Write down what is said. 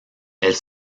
elle